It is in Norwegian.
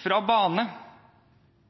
på bane i forhold til det man